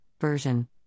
version